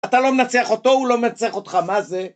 אתה לא מנצח אותו, הוא לא מנצח אותך, מה זה?